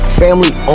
family